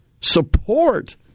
support